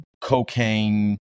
cocaine